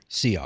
CR